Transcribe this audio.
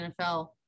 NFL